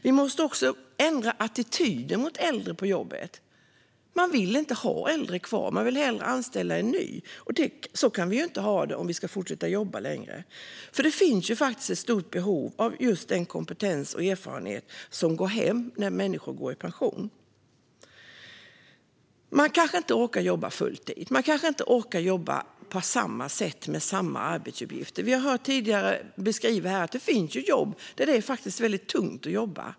Vi måste också ändra attityden mot äldre på jobbet. Man vill inte ha kvar äldre. Man vill hellre anställa en ny. Så kan vi ju inte ha det om vi ska fortsätta att jobba längre. Det finns faktiskt ett stort behov av den kompetens och erfarenhet som går hem när människor går i pension. Man kanske inte orkar jobba full tid. Man kanske inte orkar jobba på samma sätt med samma arbetsuppgifter. Vi har tidigare här hört beskrivas att det finns jobb där det är väldigt tungt att jobba.